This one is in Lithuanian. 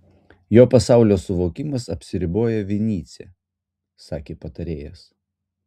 jo pasaulio suvokimas apsiriboja vinycia sakė patarėjas